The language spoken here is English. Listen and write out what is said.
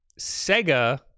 Sega